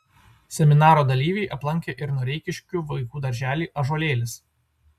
seminaro dalyviai aplankė ir noreikiškių vaikų darželį ąžuolėlis